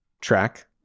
track